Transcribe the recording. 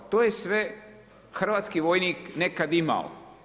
To je sve hrvatski vojnik nekad imao.